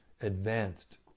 advanced